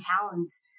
towns